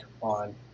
on